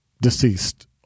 deceased